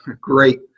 great